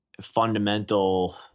fundamental